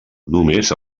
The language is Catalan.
només